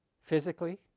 physically